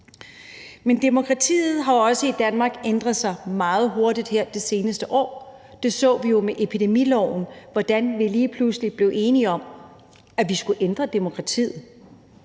Men demokratiet har jo også i Danmark ændret sig meget hurtigt her det seneste år. Det så vi jo med epidemiloven, altså hvordan vi lige pludselig blev enige om, at vi skulle ændre demokratiet